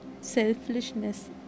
selfishness